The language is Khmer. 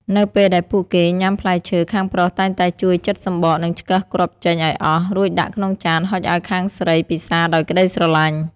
នៅពេលដែលពួកគេញ៉ាំផ្លែឈើ ខាងប្រុសតែងតែជួយចិតសំបក និងឆ្កឹះគ្រាប់ចេញឱ្យអស់ រួចដាក់ក្នុងចានហុចឱ្យខាងស្រីពិសារដោយក្ដីស្រឡាញ់។